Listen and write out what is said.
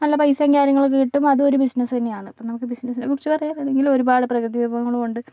നല്ല പൈസയും കാര്യങ്ങളൊക്കെ കിട്ടും അതും ഒരു ബിസിനസ് തന്നെയാണ് അപ്പം നമുക്ക് ബുസിനെസ്സിനെ കുറിച്ച് പറയാനാണെങ്കിൽ ഒരുപാട് പ്രകൃതി വിഭവങ്ങളുമുണ്ട്